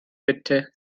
bitte